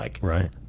right